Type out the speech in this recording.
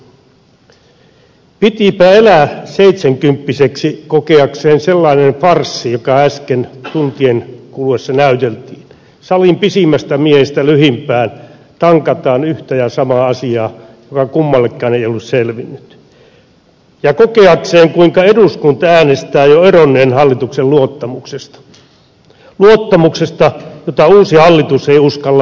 pitipä elää seitsenkymppiseksi kokeakseen sellainen farssi joka äsken tuntien kuluessa näyteltiin salin pisimmästä miehestä lyhimpään tankataan yhtä ja samaa asiaa joka kummallekaan ei ollut selvinnyt ja kokeakseen kuinka eduskunta äänestää jo eronneen hallituksen luottamuksesta luottamuksesta jota uusi hallitus ei uskalla mittauttaa